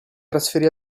trasferì